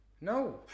No